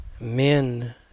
Men